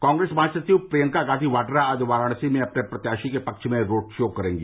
कांग्रेस महासचिव प्रियंका गांधी वाड्रा आज वाराणसी में अपने प्रत्याशी के पक्ष में रोड शो करेंगी